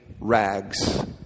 rags